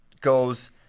goes